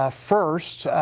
ah first,